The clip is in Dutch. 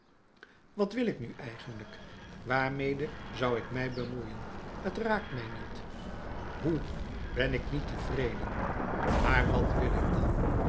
wat wil ik nu eigenlijk waarmede zou ik mij bemoeien t raakt mij niet hoe ben ik niet tevreden maar wat wil ik dan